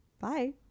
Bye